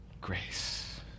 grace